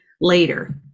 later